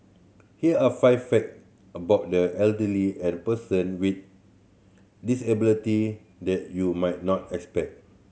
here are five fact about the elderly and person with disability that you might not expect